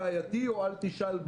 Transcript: רעייתי או אל תשאל,